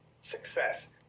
success